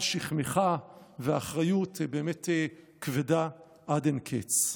שכמך והאחריות היא באמת כבדה עד אין קץ.